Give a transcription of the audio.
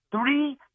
three